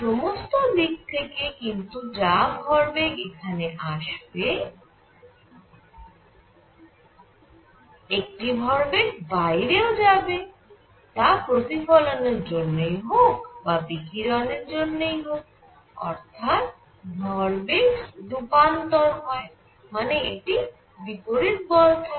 সমস্ত দিক থেকে কিন্তু যা ভরবেগ এখানে আসবে একটি ভরবেগ বাইরেও যাবে তা প্রতিফলনের জন্যই হোক বা বিকিরণের জন্যই হোক অর্থাৎ ভরবেগ রূপান্তর হয় মানে একটি বিপরীত বল থাকে